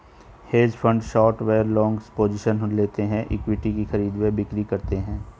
hedge fund short व long positions लेते हैं, इक्विटीज की खरीद व बिक्री करते हैं